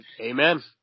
Amen